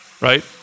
right